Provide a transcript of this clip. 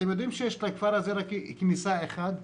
אתם יודעים שיש לכפר הזה רק כניסה אחת?